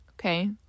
Okay